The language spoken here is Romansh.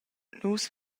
nus